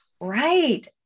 Right